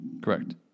correct